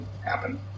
happen